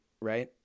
right